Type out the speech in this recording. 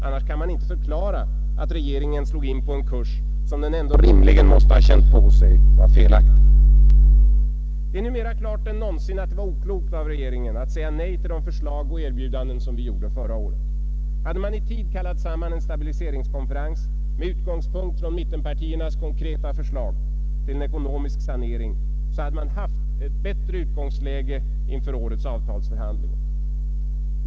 Annars kan det inte förklaras att regeringen slog in på en kurs, som den rimligen måste ha känt på sig var felaktig. Det är nu mer klart än någonsin att det var oklokt av regeringen att säga nej till våra förslag och erbjudanden förra året. Hade man i tid kallat samman en stabiliseringskonferens med utgångspunkt i mittenpartiernas konkreta förslag till ekonomisk sanering, så hade utgångsläget inför årets avtalsförhandlingar varit bättre.